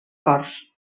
cors